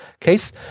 case